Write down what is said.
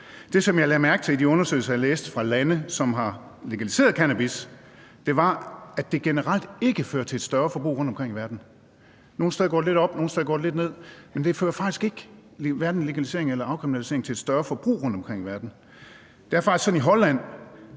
Det, som jeg lagde mærke til i de undersøgelser, jeg læste, fra lande, som har legaliseret cannabis, var, at det generelt ikke fører til et større forbrug. Nogle steder går det lidt op, nogle steder går det lidt ned, men hverken legalisering eller afkriminalisering fører faktisk til et større forbrug rundtomkring i verden. Det er faktisk sådan i Holland,